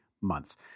months